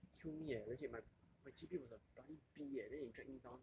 kill me eh legit my my G_P was a bloody B eh then they drag me down